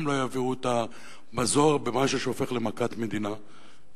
הן לא יביאו את המזור במשהו שהופך למכת מדינה,